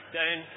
down